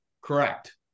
correct